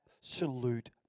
absolute